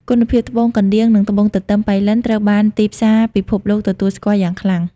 គុណភាពត្បូងកណ្ដៀង និងត្បូងទទឺមប៉ៃលិនត្រូវបានទីផ្សាពិភពលោកទទួលស្គាល់យ៉ាងខ្លាំង។